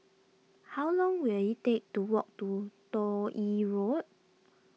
how long will it take to walk to Toh Yi Road